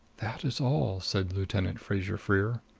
that is all, said lieutenant fraser-freer.